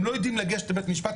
הם לא יודעים לגשת לבית משפט,